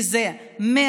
כי זה 100%,